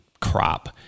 crop